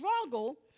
struggle